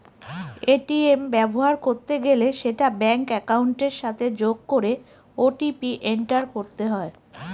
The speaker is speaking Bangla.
এ.টি.এম ব্যবহার করতে গেলে সেটা ব্যাঙ্ক একাউন্টের সাথে যোগ করে ও.টি.পি এন্টার করতে হয়